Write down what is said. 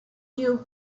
you